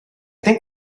think